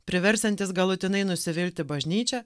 priversiantis galutinai nusivilti bažnyčia